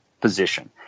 position